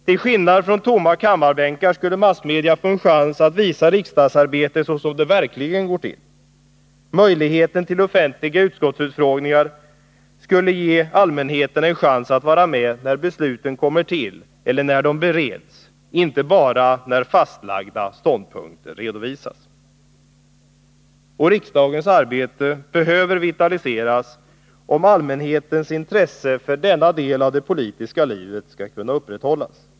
Till skillnad från tomma kammarbänkar skulle massmedia få en chans att visa riksdagsarbetet såsom det verkligen går till. Möjligheten till offentliga utskottsutfrågningar skulle ge allmänheten en chans att vara med när besluten kommer till eller när de bereds — inte bara när redan fastlagda ståndpunkter redovisas. Och riksdagens arbete behöver vitaliseras, om allmänhetens intresse för denna del av det politiska livet skall kunna upprätthållas.